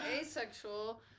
asexual